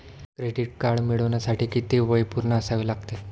Credit card मिळवण्यासाठी किती वय पूर्ण असावे लागते?